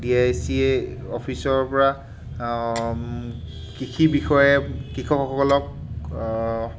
D I চিয়ে অফিচাৰৰ পৰা কৃষি বিষয়ে কৃষকসকলক